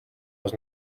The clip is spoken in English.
was